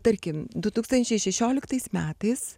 tarkim du tūkstančiai šešioliktais metais